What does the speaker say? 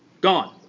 Gone